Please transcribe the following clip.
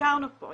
הזכרנו פה,